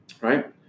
right